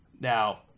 Now